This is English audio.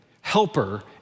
helper